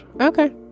Okay